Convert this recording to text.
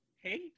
Hey